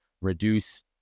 reduce